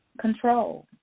control